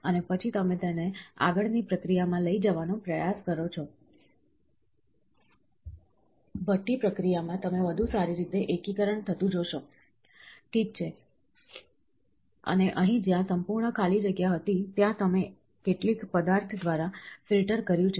અને પછી તમે તેને આગળની પ્રક્રિયામાં લઈ જવાનો પ્રયાસ કરો ભઠ્ઠી પ્રક્રિયામાં તમે વધુ સારી રીતે એકીકરણ થતું જોશો ઠીક છે અને અહીં જ્યાં સંપૂર્ણ ખાલી જગ્યા હતી ત્યાં તમે કેટલીક પદાર્થ દ્વારા ફિલ્ટર કર્યું છે